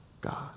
God